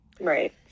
Right